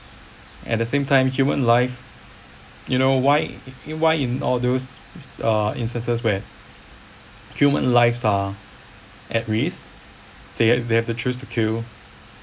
at the same time human life you know why why in all those uh ancestors where human lives are at risk they they have to choose to kill